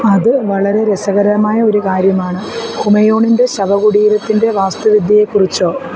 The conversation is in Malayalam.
അത് വളരെ രസകരമായ ഒരു കാര്യമാണ് ഹുമയൂണിൻ്റെ ശവകുടീരത്തിന്റെ വാസ്തുവിദ്യയെ കുറിച്ചോ